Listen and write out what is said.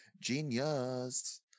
Genius